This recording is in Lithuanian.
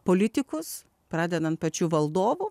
politikus pradedant pačiu valdovu